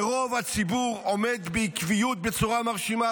ורוב הציבור עומד בעקביות בצורה מרשימה,